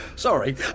Sorry